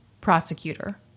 prosecutor